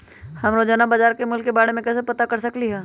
हम रोजाना बाजार के मूल्य के के बारे में कैसे पता कर सकली ह?